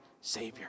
Savior